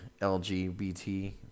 LGBT